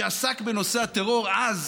שעסק בנושא הטרור אז,